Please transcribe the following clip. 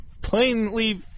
plainly